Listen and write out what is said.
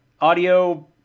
audio